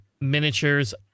miniatures